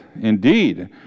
indeed